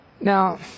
Now